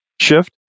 Shift